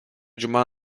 cuma